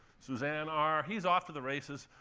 suzanne r. he's off to the races.